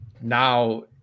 now –